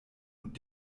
und